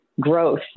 growth